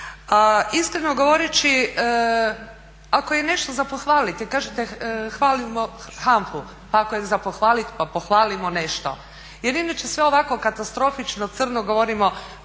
Iskreno govoreći, ako je nešto za pohvaliti, kažete hvalimo HANFA-u, pa ako je za pohvalit pa pohvalimo nešto. Jer inače sve ovako katastrofično crno govorimo